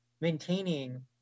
maintaining